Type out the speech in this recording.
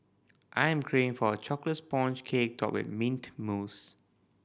I'm craving for a chocolate sponge cake topped with mint mousse